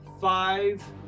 Five